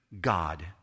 God